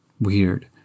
weird